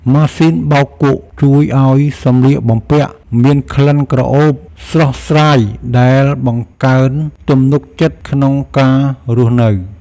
ម៉ាស៊ីនបោកគក់ជួយឱ្យសម្លៀកបំពាក់មានក្លិនក្រអូបស្រស់ស្រាយដែលបង្កើនទំនុកចិត្តក្នុងការរស់នៅ។